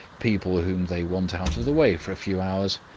people whom they want out of the way for a few hours.